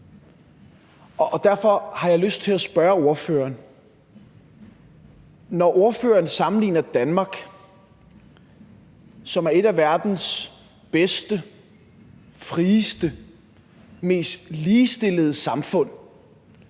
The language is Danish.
det her udtryk demokratisk apartheid. Når ordføreren sammenligner Danmark, som er et af verdens bedste, mest frie, mest ligestillede samfund,